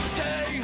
Stay